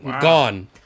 Gone